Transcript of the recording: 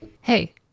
Hey